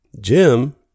Jim